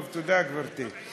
טוב, תודה, גברתי.